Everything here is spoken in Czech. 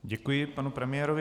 Děkuji panu premiérovi.